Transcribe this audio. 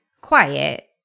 quiet